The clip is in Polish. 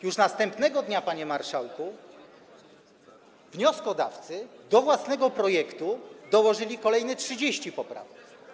Już następnego dnia, panie marszałku, wnioskodawcy do własnego projektu dołożyli kolejne 30 poprawek.